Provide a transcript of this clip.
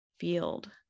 field